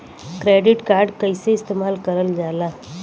Credit card कईसे इस्तेमाल करल जाला?